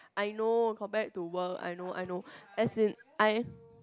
I know compare to work I know I know as in I